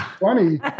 funny